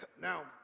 Now